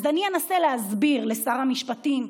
אז אני אנסה להסביר לשר המשפטים.